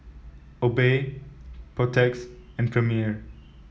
Obey Protex and Premier